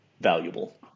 valuable